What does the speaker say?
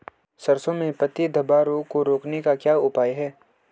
सरसों में पत्ती धब्बा रोग को रोकने का क्या उपाय है?